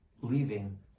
leaving